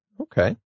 Okay